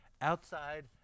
outside